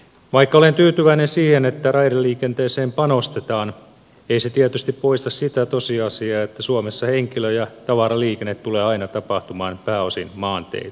vaikka olen tyytyväinen siihen että raideliikenteeseen panostetaan ei se tietysti poista sitä tosiasiaa että suomessa henkilö ja tavaraliikenne tulevat aina tapahtumaan pääosin maanteitse